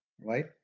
right